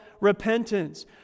repentance